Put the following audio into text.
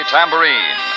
Tambourine